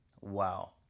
Wow